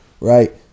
right